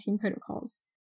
protocols